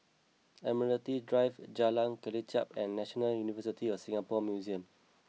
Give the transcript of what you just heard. Admiralty Drive Jalan Kelichap and National University of Singapore Museums